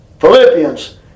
Philippians